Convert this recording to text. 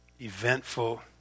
eventful